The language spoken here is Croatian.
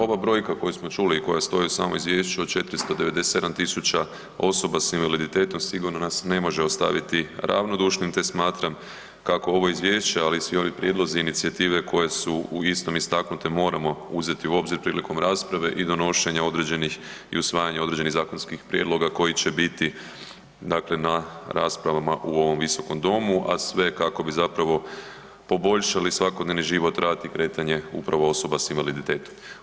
Ova brojka koju smo čuli i koja stoji u samom izvješću od 497 tisuća osoba s invaliditetom sigurno nas ne može ostaviti ravnodušnim te smatram kako ovo izvješće, ali i svi ovi prijedlozi i inicijative koje su u istom istaknute, moramo uzeti u obzir prilikom rasprave i donošenja određenih i usvajanja određenih zakonskih prijedloga koji će biti dakle na raspravama u ovom Visokom domu, a sve kako bi zapravo poboljšali svakodnevni život, rad i kretanje upravo osoba s invaliditetom.